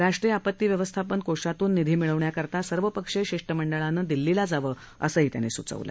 राष्ट्रीय आपतीव्यवस्थापन कोषातून निधी मिळवण्याकरता सर्वपक्षीय शिष्टमंडळानं दिल्लीला जावं असं त्यांनी स्चवलं